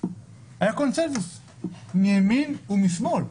היה קונצנזוס מימין ומשמאל.